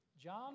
John